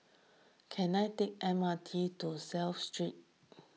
can I take M R T to Clive Street